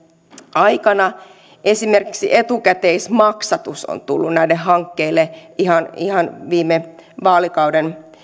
aikana esimerkiksi etukäteismaksatus on tullut näille hankkeille ihan ihan viime vaalikauden